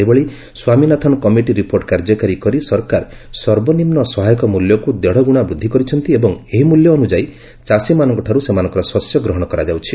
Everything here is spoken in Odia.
ସେହିଭଳି ସ୍ୱାମୀନାଥନ କମିଟି ରିପୋର୍ଟ କାର୍ଯ୍ୟକାରୀ କରି ସରକାର ସର୍ବନିମ୍ନ ସହାୟକ ମୂଲ୍ୟକୁ ଦେଢ଼ଗୁଣା ବୃଦ୍ଧି କରିଛନ୍ତି ଏବଂ ଏହି ମୂଲ୍ୟ ଅନ୍ତ୍ଯାୟୀ ଚାଷୀମାନଙ୍କଠାର୍ଚ ସେମାନଙ୍କର ଶସ୍ୟ ଗ୍ରହଣ କରାଯାଉଛି